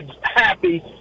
happy